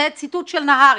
זה ציטוט של נהרי,